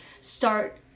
start